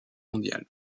mondiale